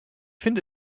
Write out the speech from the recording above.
finde